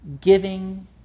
giving